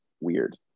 weird